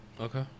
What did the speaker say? Okay